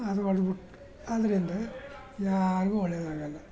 ಅದು ಹೊಡ್ದು ಬಿಟ್ಟು ಅದರಿಂದ ಯಾರಿಗೂ ಒಳ್ಳೆಯದಾಗೋಲ್ಲ